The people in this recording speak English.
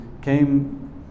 came